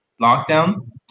lockdown